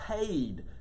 paid